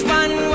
one